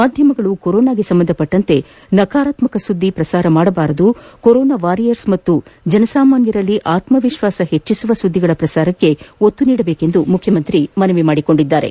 ಮಾಧ್ಯಮಗಳು ಕೊರೊನಾಗೆ ಸಂಬಂಧಿಸಿದಂತೆ ನಕಾರಾತ್ತಕ ಸುದ್ದಿಗಳನ್ನು ಪ್ರಸಾರ ಮಾಡಬಾರದು ಕೊರೊನಾ ವಾರಿಯರ್ಸ್ ಮತ್ತು ಜನಸಾಮಾನ್ಗರಲ್ಲಿ ಆತ್ತವಿಶ್ವಾಸ ಮೂಡಿಸುವ ಸುದ್ದಿಗಳ ಪ್ರಸಾರಕ್ಷೆ ಒತ್ತು ನೀಡಬೇಕೆಂದು ಮುಖ್ಯಮಂತ್ರಿ ಮನವಿ ಮಾಡಿದ್ದಾರೆ